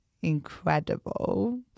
incredible